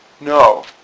No